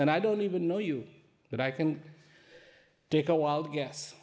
and i don't even know you but i can take a wild guess